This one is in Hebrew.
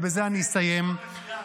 ובזה אני אסיים --- אתה עושה את זה מצוין.